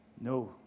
No